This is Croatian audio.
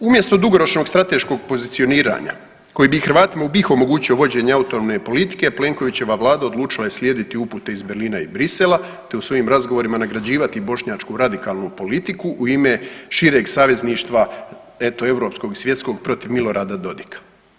Umjesto dugoročnog strateškog pozicioniranja koje bi i Hrvatima u BiH omogućilo vođenje autonomne politike, a Plenkovićeva Vlada je odlučila slijediti upute iz Berlina i Bruxellesa, te u svojim razgovorima nagrađivati bošnjačku radikalnu politiku u ime šireg savezništva eto europskog i svjetskog protiv Milorada Dodiga.